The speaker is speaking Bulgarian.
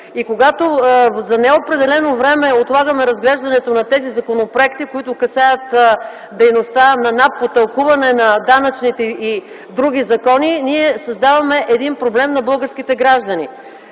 И когато за неопределено време отлагаме разглеждането на тези законопроекти, които касаят дейността на НАП по тълкуването на данъчните и други закони, ние създаваме проблем на българските граждани.